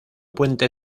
puente